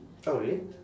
oh really